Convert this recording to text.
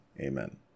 amen